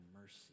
mercy